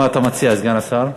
מה אתה מציע, סגן השר?